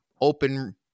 open